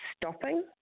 stopping